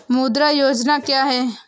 मुद्रा योजना क्या है?